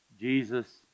Jesus